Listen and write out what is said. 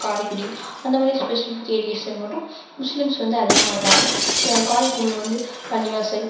காரைக்குடி அந்த மாதிரி ஸ்பெசிஃபிக் ஏரியாஸில் மட்டும் முஸ்லீம்ஸ் வந்து அதிகமாக இருப்பாங்க காரைக்குடியில வந்து பள்ளிவாசல்